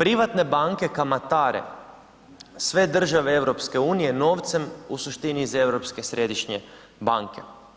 privatne banke kamatare sve države EU novcem u suštini iz Europske središnje banke.